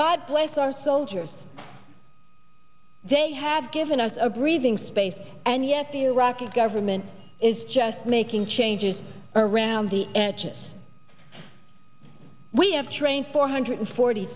god bless our soldiers they have given us a breathing space and yet the iraqi government is just making changes around the edges we have trained four hundred forty